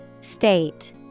State